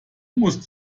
musst